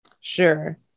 Sure